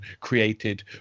created